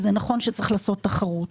וזה נכון שצריך לעשות תחרות.